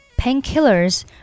painkillers